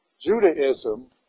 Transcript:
Judaism